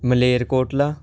Malerkotla